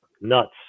nuts